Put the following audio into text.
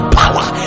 power